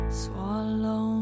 swallow